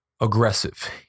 Aggressive